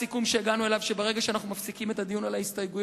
הסיכום שהגענו אליו הוא שמרגע שאנחנו מפסיקים את הדיון על ההסתייגויות,